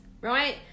right